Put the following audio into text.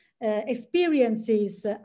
experiences